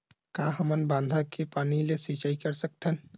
का हमन बांधा के पानी ले सिंचाई कर सकथन?